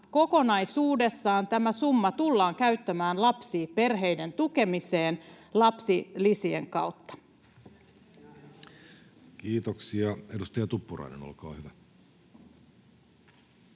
kokonaisuudessaan tämä summa tullaan käyttämään lapsiperheiden tukemiseen lapsilisien kautta. Kiitoksia. — Edustaja Tuppurainen, olkaa hyvä.